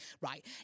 right